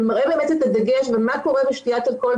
זה מראה את הדגש על מה קורה בשתיית אלכוהול,